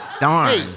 Darn